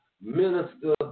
minister